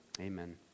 amen